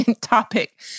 topic